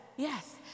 Yes